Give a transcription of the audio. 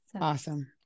Awesome